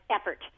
effort